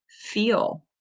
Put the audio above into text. feel